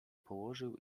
położył